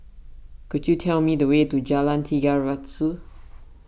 could you tell me the way to Jalan Tiga Ratus